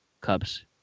Cubs